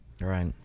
right